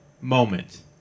moment